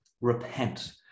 Repent